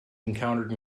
encountered